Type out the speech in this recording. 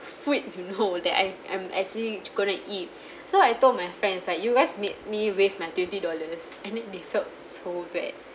food you know that I am actually is gonna eat so I told my friends like you guys made me waste my twenty dollars and then they felt so bad